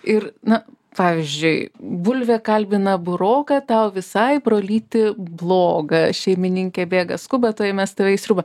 ir na pavyzdžiui bulvė kalbina buroką tau visai brolyti bloga šeimininkė bėga skuba tuoj įmes tave į sriubą